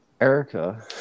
Erica